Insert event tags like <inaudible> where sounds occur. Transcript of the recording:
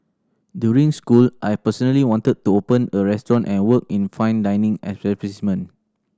during school I personally wanted to open a restaurant and work in fine dining <unintelligible>